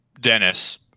Dennis